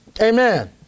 Amen